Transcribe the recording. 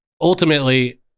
ultimately